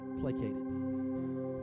placated